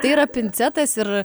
tai yra pincetas ir